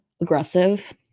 aggressive